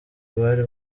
bari